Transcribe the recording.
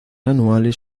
anuales